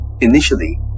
Initially